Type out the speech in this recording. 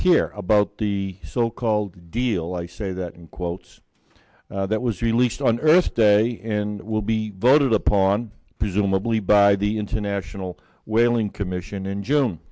hear about the so called deal i say that in quotes that was released on earth day and will be voted upon presumably by the international whaling commission in june